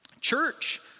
Church